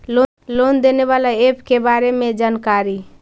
Loan देने बाला app के बारे मे जानकारी?